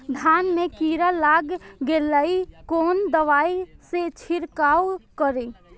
धान में कीरा लाग गेलेय कोन दवाई से छीरकाउ करी?